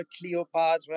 Cleopatra